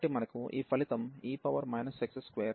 కాబట్టి మనకు ఈ ఫలితం e x21x2 పదం